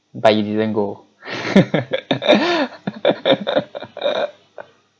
but you didn't go